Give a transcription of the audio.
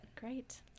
great